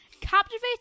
Captivated